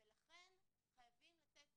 לכן חייבים לתת